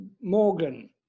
Morgan